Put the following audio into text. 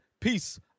Peace